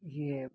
ये